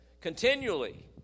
continually